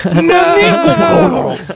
No